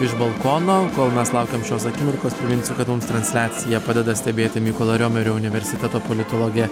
iš balkono kol mes laukiam šios akimirkos priminsiu kad mums transliaciją padeda stebėti mykolo riomerio universiteto politologė